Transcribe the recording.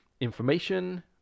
information